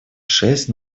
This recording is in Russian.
шесть